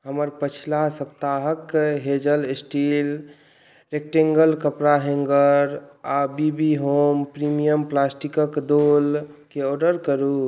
हमर पछिला सप्ताहके हेजल स्टील रेक्टेङ्गल कपड़ा हैङ्गर आओर बी बी होम प्रीमियम प्लास्टिकके दोलके ऑडर करू